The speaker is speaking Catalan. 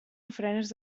ofrenes